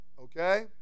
okay